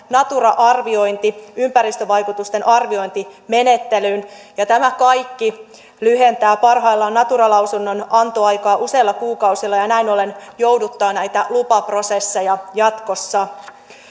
natura arviointi ympäristövaikutusten arviointimenettelyyn tämä kaikki lyhentää parhaimmillaan natura lausunnon antoaikaa useilla kuukausilla ja ja näin ollen jouduttaa näitä lupaprosesseja jatkossa